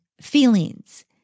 feelings